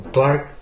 Clark